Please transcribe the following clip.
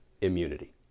immunity